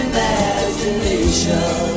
Imagination